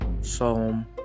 Psalm